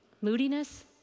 moodiness